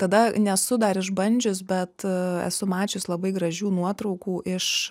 tada nesu dar išbandžius bet esu mačius labai gražių nuotraukų iš